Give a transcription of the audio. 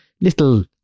little